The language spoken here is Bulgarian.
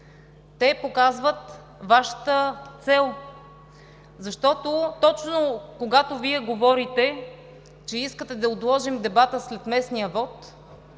те показват Вашата цел. Защото точно когато Вие говорите, че искате да отложим дебата след местния вот,